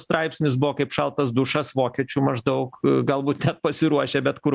straipsnis buvo kaip šaltas dušas vokiečių maždaug gal būt pasiruošę bet kur